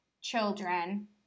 children